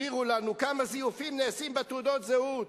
הסבירו לנו כמה זיופים נעשים בתעודות הזהות.